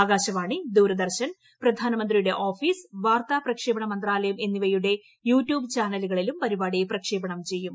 ആകാശവാണി ദൂരദർശൻ ദ്രധാനമന്ത്രിയുടെ ഓഫീസ് വാർത്താ പ്രക്ഷേപണ മന്ത്രാലയം എന്നിവയുടെ യൂ ട്യൂബ് ചാനലുകളിലും പരിപാടി പ്രക്ഷേപണം ചെയ്യും